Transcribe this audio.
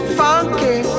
funky